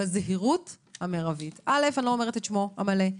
בזהירות המרבית אני לא אומרת את שמו המלא,